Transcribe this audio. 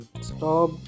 stop